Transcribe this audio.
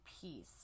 peace